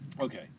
Okay